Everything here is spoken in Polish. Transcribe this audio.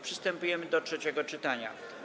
Przystępujemy do trzeciego czytania.